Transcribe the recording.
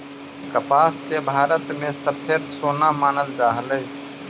कपास के भारत में सफेद सोना मानल जा हलई